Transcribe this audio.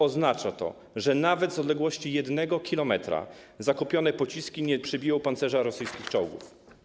Oznacza to, że nawet z odległości 1 km zakupione pociski nie przebiją pancerza rosyjskich czołgów.